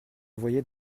voyais